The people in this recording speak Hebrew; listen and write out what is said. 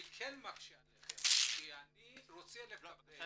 אני כן מקשה עליכם כי אני רוצה לקבל מספרים.